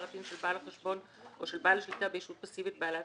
ה-TIN של בעל החשבון או של בעל השליטה בישות פסיבית בעלת